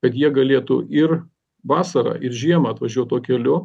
kad jie galėtų ir vasarą ir žiemą atvažiuot tuo keliu